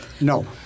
No